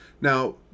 Now